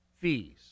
fees